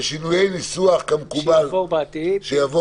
בשינויי ניסוח שיבואו, כמקובל שינויי